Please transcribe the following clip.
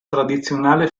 tradizionale